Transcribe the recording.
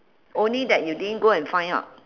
only that you didn't go and find out